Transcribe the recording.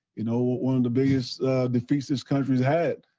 you know, one of the biggest defeats this country's had.